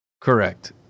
Correct